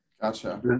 Gotcha